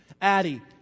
Addie